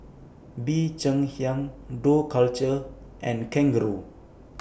Bee Cheng Hiang Dough Culture and Kangaroo